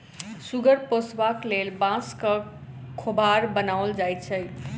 सुगर पोसबाक लेल बाँसक खोभार बनाओल जाइत छै